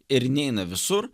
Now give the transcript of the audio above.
ir neina visur